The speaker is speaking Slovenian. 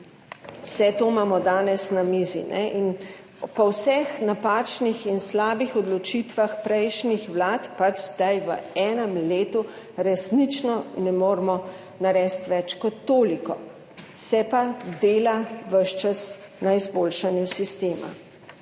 Vse to imamo danes na mizi in po vseh napačnih in slabih odločitvah prejšnjih vlad, pač zdaj v enem letu resnično ne moremo narediti več kot toliko. Se pa dela ves čas na izboljšanju sistema.